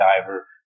diver